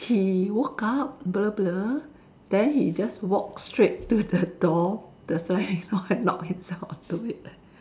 he woke up blur blur then he just walk straight to the door the slide you know and knock his head onto it leh